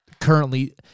currently